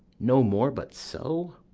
no more but so?